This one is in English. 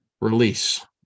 Release